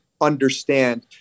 understand